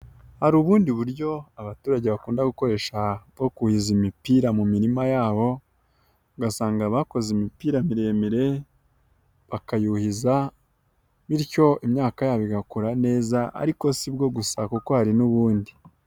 Hari ubundi buryo abaturage bakunda gukoresha bwo kuhiza imipira mu mirima yabo, ugasanga abakoze imipira miremire bakayuhiza bityo imyaka yabo igakura neza ariko sibwo gusa uko ari n'ubundi.